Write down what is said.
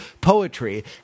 poetry